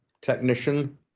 technician